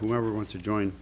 whoever wants to join